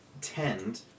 tend